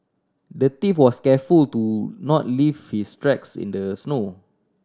the thief was careful to not leave his tracks in the snow